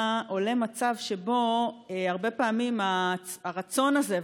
עולה מצב שבו הרבה פעמים הרצון הזה,